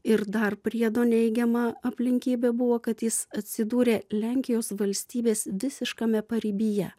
ir dar priedo neigiama aplinkybė buvo kad jis atsidūrė lenkijos valstybės visiškame paribyje